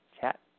chat